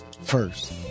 first